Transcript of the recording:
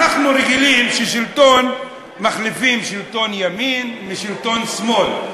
אנחנו רגילים ששלטון מחליפים לשלטון ימין משלטון שמאל.